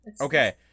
okay